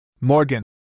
Morgan